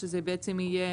שזה בעצם יהיה